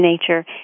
nature